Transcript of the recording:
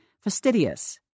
fastidious